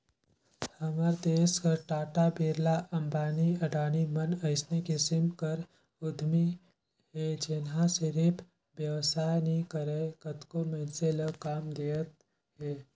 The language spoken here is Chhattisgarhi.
हमर देस कर टाटा, बिरला, अंबानी, अडानी मन अइसने किसिम कर उद्यमी हे जेनहा सिरिफ बेवसाय नी करय कतको मइनसे ल काम देवत हे